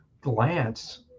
glance